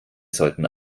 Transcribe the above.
sollten